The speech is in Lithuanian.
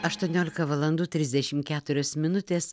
aštuoniolika valandų trisdešimt keturios minutės